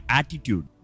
attitude